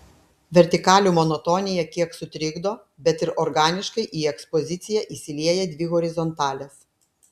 vertikalių monotoniją kiek sutrikdo bet ir organiškai į ekspoziciją įsilieja dvi horizontalės